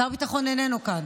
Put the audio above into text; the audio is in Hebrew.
שר הביטחון איננו כאן.